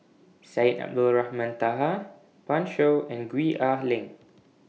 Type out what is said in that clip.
Syed Abdulrahman Taha Pan Shou and Gwee Ah Leng